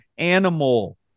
animal